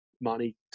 money